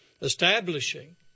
establishing